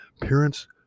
parents